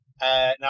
Now